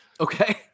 Okay